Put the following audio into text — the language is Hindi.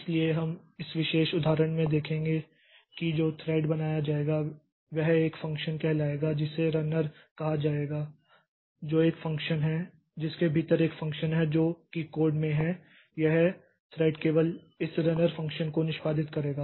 इसलिए हम इस विशेष उदाहरण में देखेंगे कि जो थ्रेड बनाया जाएगा वह एक फ़ंक्शन कहलाएगा जिसे रनर कहा जाएगा जो एक फ़ंक्शन है जिसके भीतर एक फ़ंक्शन है जो कि कोड में है और यह थ्रेड केवल इस रनर फ़ंक्शन को निष्पादित करेगा